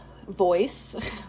voice